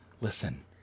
Listen